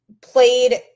played –